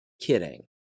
kidding